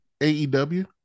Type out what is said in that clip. aew